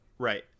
Right